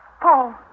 Paul